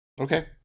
Okay